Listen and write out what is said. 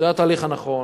זה התהליך הנכון,